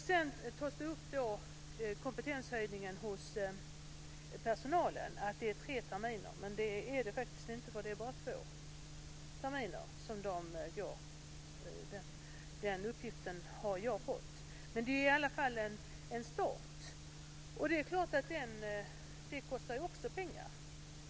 Sedan tas kompetenshöjningen hos personalen upp, att det är tre terminer. Men det är det faktiskt inte, för det är bara två terminer som de går. Den uppgiften har jag fått. Men det är i alla fall en start. Det är klart att det också kostar pengar.